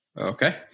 Okay